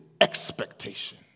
expectation